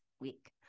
week